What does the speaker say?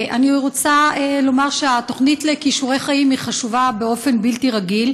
אני רוצה לומר שהתוכנית כישורי חיים חשובה באופן בלתי רגיל,